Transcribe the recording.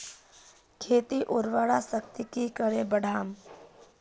खेतीर उर्वरा शक्ति की करे बढ़ाम?